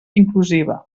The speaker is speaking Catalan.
inclusiva